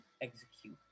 execute